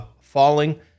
falling